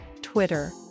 Twitter